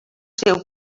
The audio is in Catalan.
seu